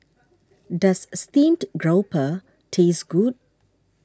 does Steamed Grouper taste good